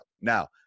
Now